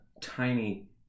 tiny